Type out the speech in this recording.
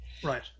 right